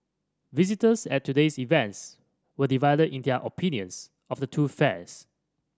visitors at today's events were divided in their opinions of the two fairs